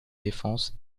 défense